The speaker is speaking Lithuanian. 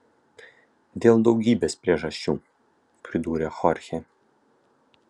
dėl daugybės priežasčių pridūrė chorchė